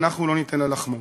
ואנחנו לא ניתן לה לחמוק.